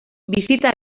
bisita